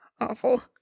awful